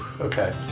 Okay